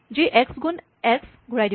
যি এক্স গুণ এক্স ঘূৰাই দিব